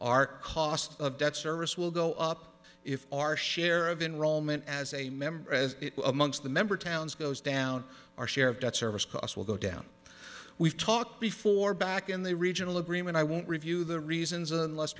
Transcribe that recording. our cost of debt service will go up if our share of enroll meant as a member as amongst the member towns goes down our share of debt service costs will go down we've talked before back in the original agreement i won't review the reasons unless